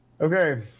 Okay